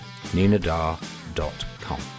ninadar.com